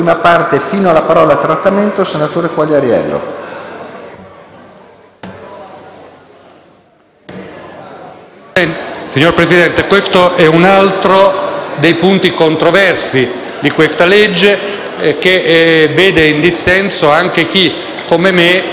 Signor Presidente, questo è un altro dei punti controversi di questo provvedimento che vede in dissenso anche chi, come me, è favorevole a che ci sia una legge sulle dichiarazioni anticipate.